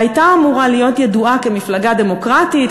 שהייתה אמורה להיות ידועה כמפלגה דמוקרטית,